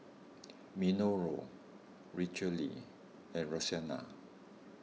Minoru Richelle and Roxana